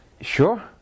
Sure